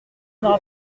n’aura